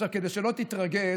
כדי שלא תתרגז,